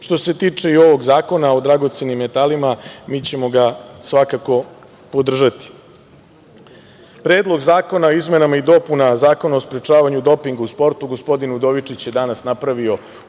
Što se tiče i ovog Zakona o dragocenim metalima, mi ćemo ga svakako podržati. Predlog zakona o izmenama i dopunama Zakona o sprečavanju dopinga u sportu, gospodin Udovičić je danas napravio uvod.